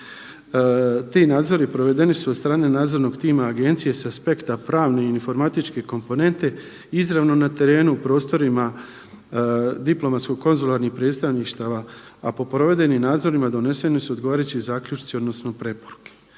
Ti nadzori provedeni su od strane nadzornog tima agencije sa aspekta pravne i informatičke komponente izravno na terenu, prostorima diplomatsko-konzularnih predstavništava, a po provedenim nadzorima doneseni su odgovarajući zaključci odnosno preporuke.